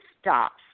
stops